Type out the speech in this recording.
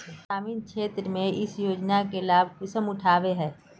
ग्रामीण क्षेत्र में इस योजना के लाभ कुंसम उठावे है?